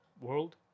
World